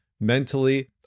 mentally